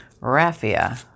raffia